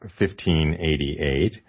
1588